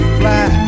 fly